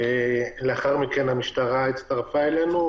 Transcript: לאחר מכן המשטרה הצטרפה אלינו,